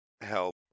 help